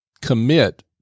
commit